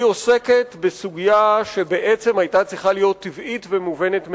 היא עוסקת בסוגיה שבעצם היתה צריכה להיות טבעית ומובנת מאליה.